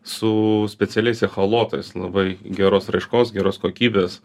su specialiais echolotais labai geros raiškos geros kokybės